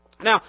Now